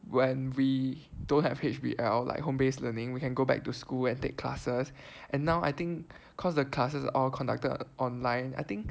when we don't have H_B_L like home based learning we can go back to school and take classes and now I think cause the classes all conducted online I think